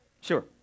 Sure